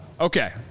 Okay